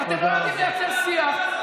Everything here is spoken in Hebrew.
"רצות ומשפיעות".